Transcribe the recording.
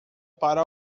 para